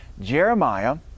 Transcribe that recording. Jeremiah